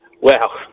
Wow